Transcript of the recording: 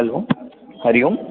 hello Hari Om